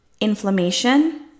inflammation